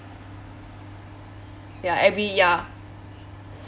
ya every ya